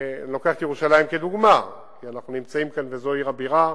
לוקח את ירושלים כדוגמה כי אנחנו נמצאים כאן וזו עיר הבירה,